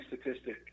statistic